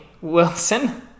Wilson